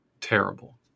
terrible